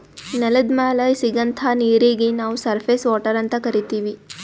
ನೆಲದ್ ಮ್ಯಾಲ್ ಸಿಗಂಥಾ ನೀರೀಗಿ ನಾವ್ ಸರ್ಫೇಸ್ ವಾಟರ್ ಅಂತ್ ಕರೀತೀವಿ